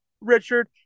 Richard